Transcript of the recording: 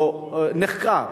נחקר,